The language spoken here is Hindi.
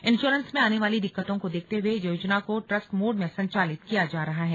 इन्श्योरेंस में आने वाली दिक्कतों को देखते हए योजना को ट्रस्ट मोड में संचालित किया जा रहा है